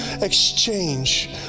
exchange